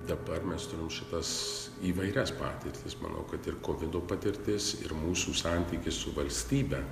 dabar mes turim šitas įvairias patirtis manau kad ir kovido patirtis ir mūsų santykis su valstybe